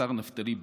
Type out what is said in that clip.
השר נפתלי בנט,